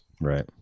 Right